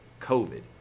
COVID